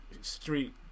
Street